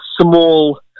small